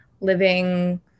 living